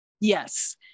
Yes